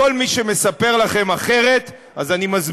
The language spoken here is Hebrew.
הצעת החוק אומרת, וואו, וואו,